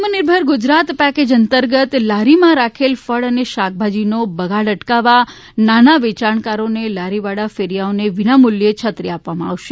આત્મનિર્ભર ગુજરાત પેકેજ અંતર્ગત લારીમા રાખેલ ફળ અને શાકભાજીનો બગાડ અટકાવવા નાના વેચાણકારોનેલારીવાળા ફેરીયાઓને વિનામુલ્યે છત્રી આપવામાં આવશે